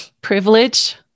privilege